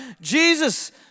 Jesus